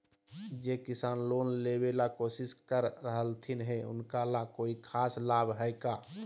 जे किसान लोन लेबे ला कोसिस कर रहलथिन हे उनका ला कोई खास लाभ हइ का?